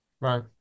Right